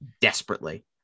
desperately